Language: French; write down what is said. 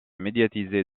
médiatisé